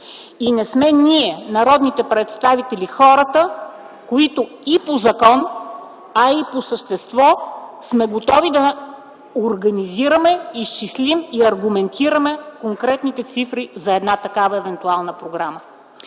И не сме ние народните представители хората, които и по закон, а и по същество сме готови да организираме, изчислим и аргументираме конкретните цифри за една такава евентуална програма.